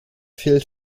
fehlt